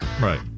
Right